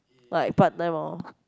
like part time loh